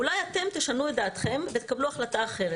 אולי אתם תשנו את דעתכם ותקבלו החלטה אחרת.